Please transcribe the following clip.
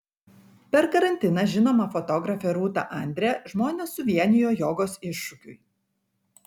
per karantiną žinoma fotografė rūta andre žmones suvienijo jogos iššūkiui